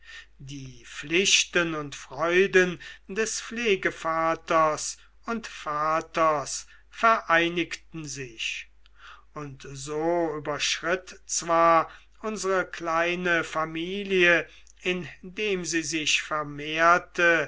die pflichten und freuden des pflegevaters und vaters vereinigten sich und so überschritt zwar unsere kleine familie indem sie sich vermehrte